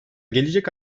gelecek